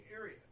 area